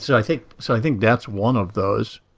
so i think so i think that's one of those.